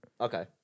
Okay